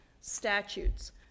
statutes